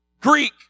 Greek